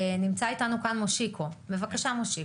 נמצא איתנו כאן מושיקו, בבקשה מושיקו,